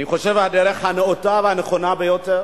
אני חושב, הדרך הנאותה והנכונה ביותר